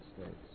States